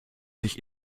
sich